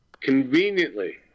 conveniently